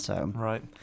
Right